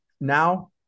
now